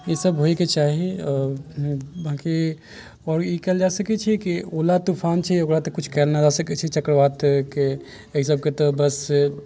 ईसब होइ के चाही बाकी आओर ई कयल जा सकै छै की ओला तूफान छै ओकरा तऽ कुछ कयल नहि जा सकै छै चक्रवात के एहि सबके तऽ बस